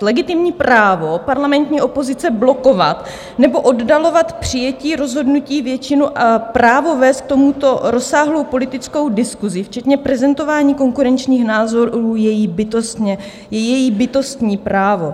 Legitimní právo parlamentní opozice blokovat nebo oddalovat přijetí rozhodnutí většinou, právo vést k tomuto rozsáhlou politickou diskusi včetně prezentování konkurenčních názorů je její bytostné právo.